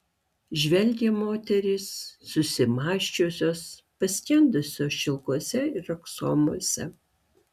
žvelgia moterys susimąsčiusios paskendusios šilkuose ir aksomuose